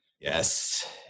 Yes